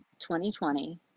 2020